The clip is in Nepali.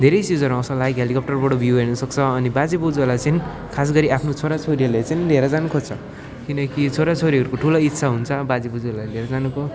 धेरै चिजहरू आउँछ लाइक हेलिकप्टरबाट भ्यु हेर्नु सक्छ अनि बाजेबोजूहरूलाई चाहिँ खास गरी आफ्नो छोराछोरीहरूले चाहिँ लिएर जानु खोज्छ किनकि छोराछोरीहरूको ठुलो इच्छा हुन्छ बाजेबोजूहरूलाई लिएर जानुको